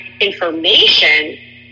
information